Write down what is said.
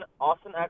Austin